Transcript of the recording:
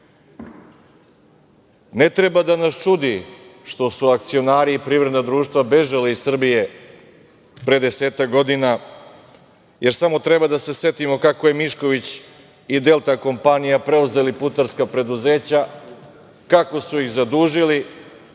Ne treba da nas čudi što su akcionari i privredna društva bežala iz Srbije pre desetak godina, jer samo treba da se setimo kako je Mišković i „Delta“ kompanija preuzeli putarska preduzeća, kako su ih zadužili,